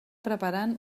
preparant